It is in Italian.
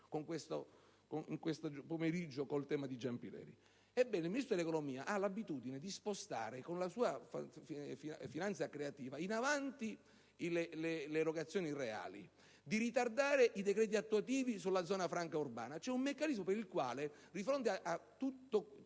specifica per parlarne. Ebbene, il Ministro dell'economia ha l'abitudine di spostare con la sua finanza creativa in avanti le erogazioni reali, di ritardare i decreti attuativi sulla zona franca urbana. C'è un meccanismo per il quale, di fronte a tutte